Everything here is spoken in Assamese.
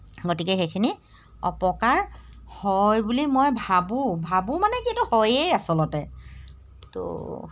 গতিকে সেইখিনি অপকাৰ হয় বুলি মই ভাবোঁ ভাবোঁ মানে কি এইটো হয়েই আচলতে তো